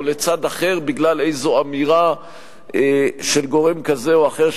לצד אחר בגלל איזו אמירה של גורם כזה או אחר,